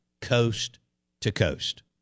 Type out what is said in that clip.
coast-to-coast